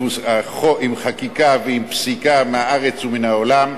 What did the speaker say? עם חקיקה ועם פסיקה מן הארץ ומן העולם.